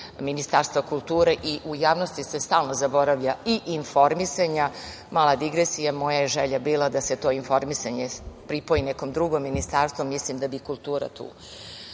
Ministarstvo kulture... i u javnosti se stalno zaboravlja - i informisanja. Mala digresija, moja želja je bila da se to informisanje pripoji nekom drugom ministarstvu. Mislim da bi kultura tu